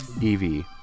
Evie